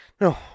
No